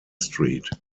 street